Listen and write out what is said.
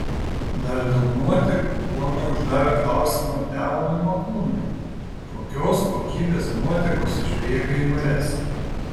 dar dėl nuotekų buvome uždavę klausimą leonui makūnui kokios kokybės nuotekos išbėga į marias